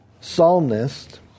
psalmist